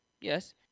Yes